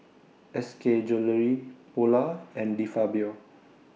S K Jewellery Polar and De Fabio